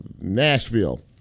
Nashville